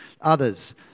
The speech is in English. others